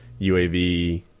UAV